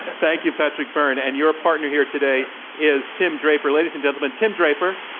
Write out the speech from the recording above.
thank you, patrick byrne. and your partner here today is tim draper. ladies and gentlemen, tim draper.